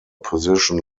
position